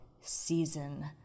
season